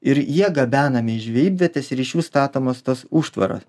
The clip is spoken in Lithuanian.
ir jie gabenami į žvejybvietes ir iš jų statomos tos užtvaros